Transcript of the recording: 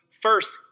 first